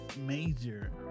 major